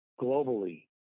globally